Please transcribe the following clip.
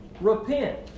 Repent